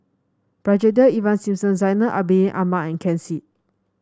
Brigadier Ivan Simson Zainal Abidin Ahmad and Ken Seet